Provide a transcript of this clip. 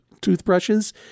toothbrushes